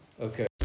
Okay